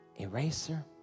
eraser